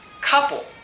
couple